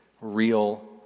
real